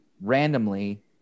randomly